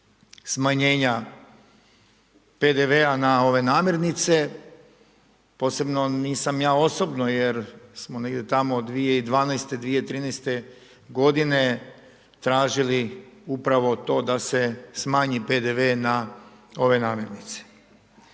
smanjenja PDV-a na ove namirnice, posebno nisam ja osobno jer smo negdje tamo 2012, 2013. godine tražili upravo to da se smanji PDV na ove namirnice.